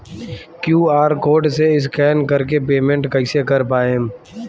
QR code से scan कर के पेमेंट कइसे कर पाएम?